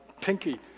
pinky